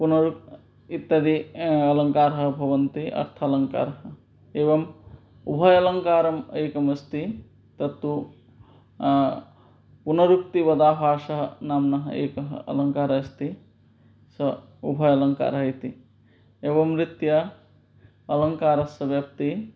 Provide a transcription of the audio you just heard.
पुनः इत्यादि अलङ्काराः भवन्ति अर्थालङ्कारः एवम् उभयालङ्कारम् एकम् अस्ति तत्तु पुनरुक्तिवदाभासः नाम्नः एकः अलङ्कारः अस्ति सः उभयालङ्कारः इति एवं रीत्या अलङ्कारस्य व्याप्तिः